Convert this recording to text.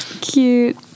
cute